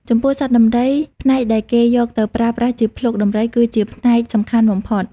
ចំពោះសត្វដំរី ផ្នែកដែលគេយកទៅប្រើប្រាស់ជាភ្លុកដំរី គឺជាផ្នែកសំខាន់បំផុត។